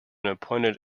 appointed